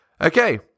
Okay